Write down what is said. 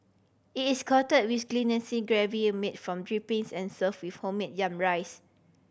it is coated with glistening gravy a made from drippings and serve with homemade yam rice